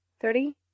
Thirty